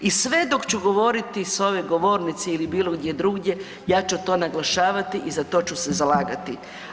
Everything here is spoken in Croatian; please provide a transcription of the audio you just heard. I sve dok ću govoriti s ove govornice ili bilo gdje drugdje ja ću to naglašavati i za to ću se zalagati.